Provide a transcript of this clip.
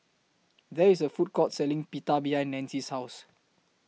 There IS A Food Court Selling Pita behind Nanci's House